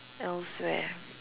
elsewhere